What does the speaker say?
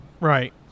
Right